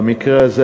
במקרה הזה,